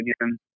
again